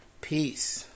Peace